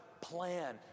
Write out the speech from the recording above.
plan